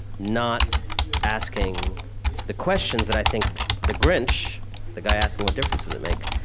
not asking the questions that i think the grinch the guy asking what difference does it make?